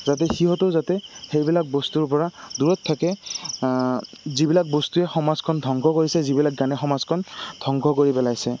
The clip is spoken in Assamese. যাতে সিহঁতো যাতে সেইবিলাক বস্তুৰ পৰা দূৰত থাকে যিবিলাক বস্তুৱে সমাজখন ধ্বংস কৰিছে যিবিলাক গানে সমাজখন ধ্বংস কৰি পেলাইছে